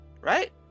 Right